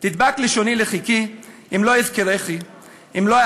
תדבק לשוני לחכי אם לא אזכרכי,